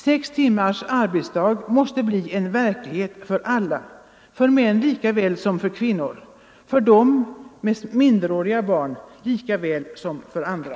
Sex timmars arbetsdag måste bli en verklighet för alla, för män lika väl som för kvinnor, för de med minderåriga barn lika väl som för andra.